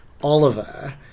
oliver